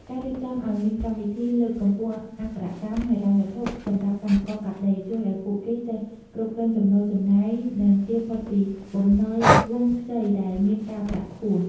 ការរៀបចំឱ្យមានកម្មវិធីលើកកម្ពស់អក្ខរកម្មហិរញ្ញវត្ថុសម្រាប់កម្មករកាត់ដេរ ជួយឱ្យពួកគេចេះគ្រប់គ្រងចំណូលចំណាយ និងជៀសផុតពីបំណុលវង់ខ្ចីដែលមានការប្រាក់ខ្ពស់។